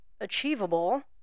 achievable